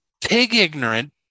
pig-ignorant